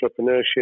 entrepreneurship